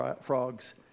frogs